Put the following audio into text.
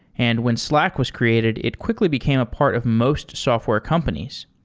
and when slack was created, it quickly became a part of most software companies.